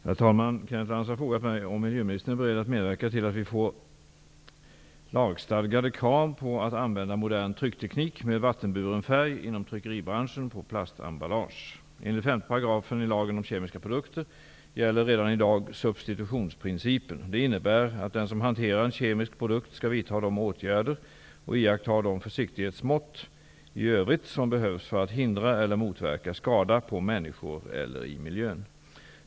Herr talman! Kenneth Lantz har frågat mig om miljöministern är beredd att medverka till att vi får lagstadgade krav på att inom tryckeribranschen använda modern tryckteknik med vattenburen färg på plastemballage. Enligt 5 § i lagen om kemiska produkter gäller redan i dag substitutionsprincipen. Den innebär att den som hanterar en kemisk produkt skall vidta de åtgärder och iaktta de försiktighetsmått i övrigt som behövs för att hindra eller motverka skada på människor eller i miljön.